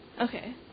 Okay